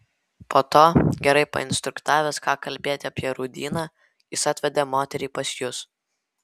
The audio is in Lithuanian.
po to gerai painstruktavęs ką kalbėti apie rūdyną jis atvedė moterį pas jus